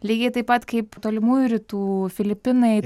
lygiai taip pat kaip tolimųjų rytų filipinai